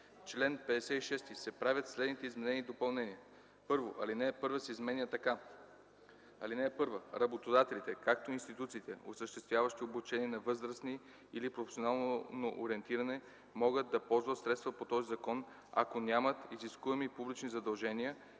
чл. 56 се правят следните изменения: 1. Алинея 1 се изменя така: „(1) Работодателите, както и институциите, осъществяващи обучение на възрастни или професионално ориентиране, могат да ползват средства по този закон, ако нямат изискуеми публични задължения,